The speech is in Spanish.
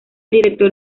director